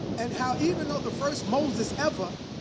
and how even though the first moses, ever,